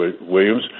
Williams